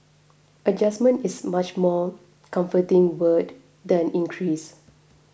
adjustment is much more comforting word than increase